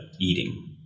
eating